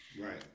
right